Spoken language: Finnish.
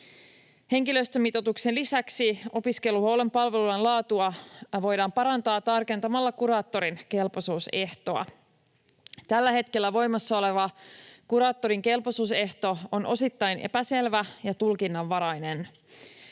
Henkilöstömitoituksen lisäksi opiskeluhuollon palveluiden laatua voidaan parantaa tarkentamalla kuraattorin kelpoisuusehtoa. Tällä hetkellä voimassa oleva kuraattorin kelpoisuusehto on osittain epäselvä ja tulkinnanvarainen.